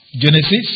Genesis